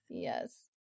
Yes